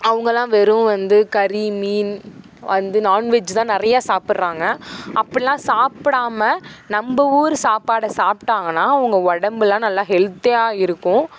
அவங்களாம் வெறும் வந்து கறி மீன் வந்து நான்வெஜ்ஜு தான் நிறையா சாப்பிட்றாங்க அப்பிடில்லாம் சாப்பிடாம நம்ம ஊர் சாப்பாடை சாப்பிட்டாங்கன்னா அவங்க உடம்புலாம் நல்லா ஹெல்தியாக இருக்கும்